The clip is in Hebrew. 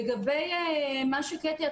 לגבי מה שקטי,